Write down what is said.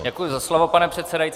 Děkuji za slovo, pane předsedající.